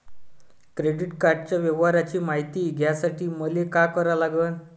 Credit कार्डाच्या व्यवहाराची मायती घ्यासाठी मले का करा लागन?